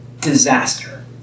disaster